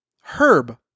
Herb